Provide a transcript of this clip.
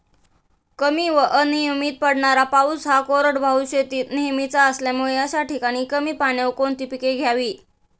कमी व अनियमित पडणारा पाऊस हा कोरडवाहू शेतीत नेहमीचा असल्यामुळे अशा ठिकाणी कमी पाण्यावर कोणती पिके घ्यावी?